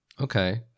Okay